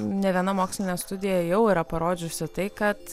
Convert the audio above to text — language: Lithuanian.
ne viena mokslinė studija jau yra parodžiusi tai kad